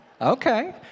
Okay